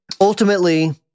ultimately